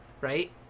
right